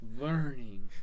learning